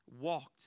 walked